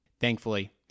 Thankfully